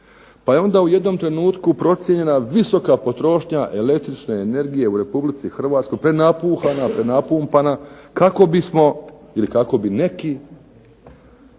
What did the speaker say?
pa je onda u jednom trenutku procijenjena visoka potrošnja električne energije u Republici Hrvatskoj, prenapuhana, prenapumpana kako bismo,